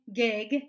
gig